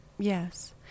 Yes